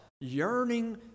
yearning